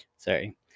Sorry